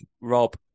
Rob